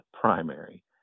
primary